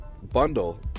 bundle